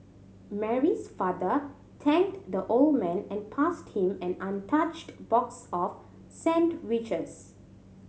Mary's father thanked the old man and passed him an untouched box of sandwiches